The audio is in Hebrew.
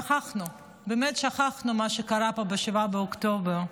שכחנו, באמת שכחנו מה שקרה פה ב-7 באוקטובר.